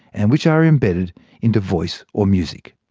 and which are embedded into voice or music.